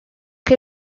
che